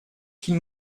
qu’il